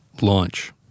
Launch